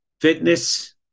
fitness